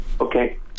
Okay